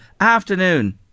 afternoon